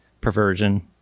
perversion